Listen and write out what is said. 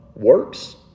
works